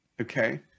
Okay